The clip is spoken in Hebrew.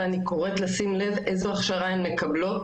ואני קוראת לשים לב איזו הכשרה הן מקבלות